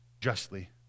justly